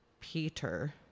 Peter